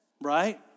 Right